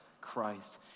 Christ